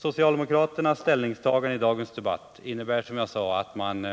Socialdemokraternas ställningstagande i dagens debatt innebär, att man